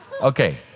Okay